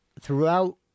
throughout